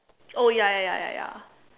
oh ya ya ya ya ya